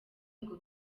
ngo